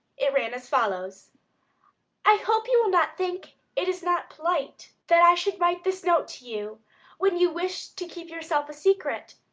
it ran as follows i hope you will not think it is not polite that i should write this note to you when you wish to keep yourself a secret,